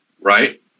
right